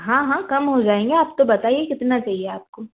हाँ हाँ कम हो जाएंगे आप तो बताइए कितना चाहिए आपको